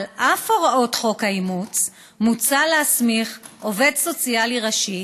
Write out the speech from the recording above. על אף הוראות חוק האימוץ מוצע להסמיך עובד סוציאלי ראשי